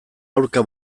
aurka